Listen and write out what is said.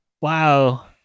Wow